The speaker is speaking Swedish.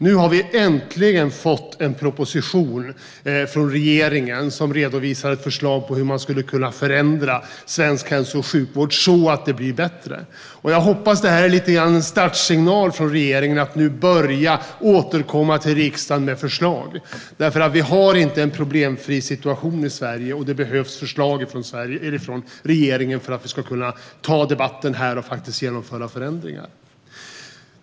Nu har vi äntligen fått en proposition från regeringen, som redovisar ett förslag på hur man skulle kunna förändra svensk hälso och sjukvård så att det blir bättre. Jag hoppas att det lite grann är en startsignal från regeringen och att man nu börjar återkomma till riksdagen med förslag. Vi har nämligen inte en problemfri situation i Sverige, och det behövs förslag från regeringen för att vi ska kunna ta debatten här och faktiskt genomföra förändringar.